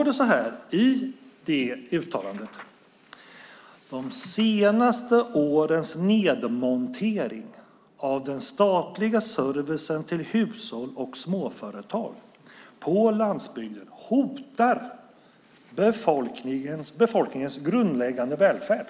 Det står i uttalandet att de senaste årens nedmontering av den statliga servicen till hushåll och småföretag på landsbygden hotar befolkningens grundläggande välfärd.